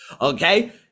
Okay